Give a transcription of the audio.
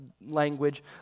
language